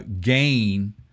gain